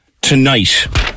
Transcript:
tonight